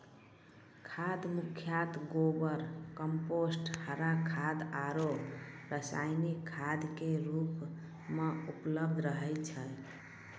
खाद मुख्यतः गोबर, कंपोस्ट, हरा खाद आरो रासायनिक खाद के रूप मॅ उपलब्ध रहै छै